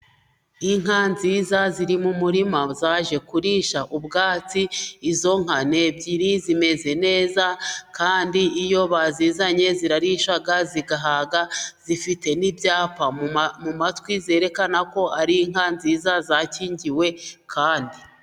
Inka nziza ziri mu murima zaje kurisha ubwatsi. Izo nka ni ebyiri zimeze neza kandi. Iyo bazizanye zirarisha zigahaga. Zifite n'ibyapa mu matwi zerekana ko ari inka nziza zakingiwe kandi.